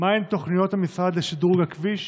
1. מהן תוכניות המשרד לשדרוג הכביש?